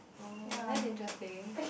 oh that's interesting